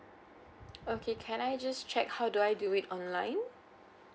okay can I just check how do I do it online